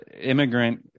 immigrant